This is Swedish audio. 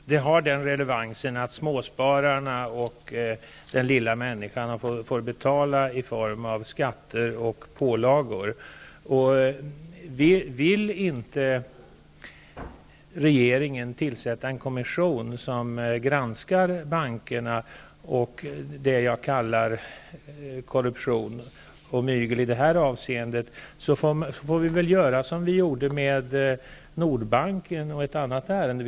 Fru talman! Det har den relevansen att småspararna och den lilla människan får betala i form av skatter och pålagor. Om regeringen inte vill tillsätta en kommission som granskar bankerna och det jag kallar korruption och mygel i det här avseendet, får vi väl göra som vi gjorde med Nordbanken och ett annat ärende.